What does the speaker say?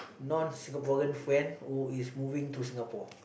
non Singaporean friend who is moving to Singapore